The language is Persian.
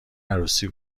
عروسی